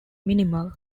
minimal